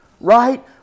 right